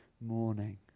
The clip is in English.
morning